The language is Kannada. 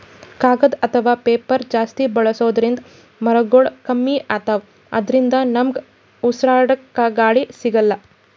ಕಾಗದ್ ಅಥವಾ ಪೇಪರ್ ಜಾಸ್ತಿ ಬಳಸೋದ್ರಿಂದ್ ಮರಗೊಳ್ ಕಮ್ಮಿ ಅತವ್ ಅದ್ರಿನ್ದ ನಮ್ಗ್ ಉಸ್ರಾಡ್ಕ ಗಾಳಿ ಸಿಗಲ್ಲ್